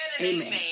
Amen